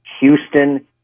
Houston